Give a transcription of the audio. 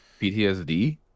PTSD